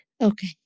Okay